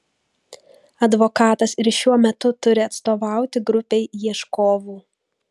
advokatas ir šiuo metu turi atstovauti grupei ieškovų